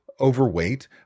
overweight